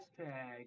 Hashtag